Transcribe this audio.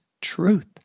truth